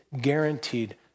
guaranteed